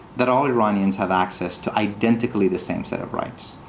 that all iranians have access to identically the same set of rights.